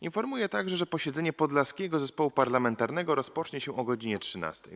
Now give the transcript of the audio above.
Informuję także, że posiedzenie Podlaskiego Zespołu Parlamentarnego rozpocznie się o godz. 13.